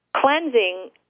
Cleansing